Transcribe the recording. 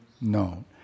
known